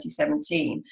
2017